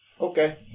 Okay